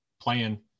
playing